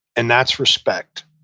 and that's respect.